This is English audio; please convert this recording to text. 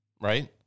Right